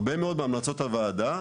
הרבה מאוד מהמלצות הוועדה,